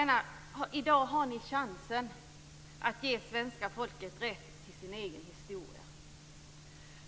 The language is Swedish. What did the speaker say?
I dag har ni chansen att ge svenska folket rätt till sin egen historia.